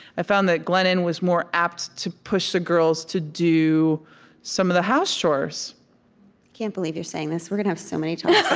i found that glennon was more apt to push the girls to do some of the house chores can't believe you're saying this. we're going to have so many talks